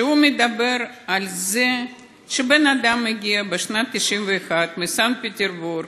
שמדבר על זה שבן-אדם הגיע בשנת 1991 מסנט-פטרסבורג,